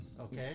Okay